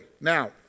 Now